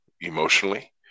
emotionally